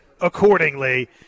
accordingly